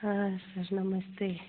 हाँ सर नमस्ते